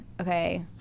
okay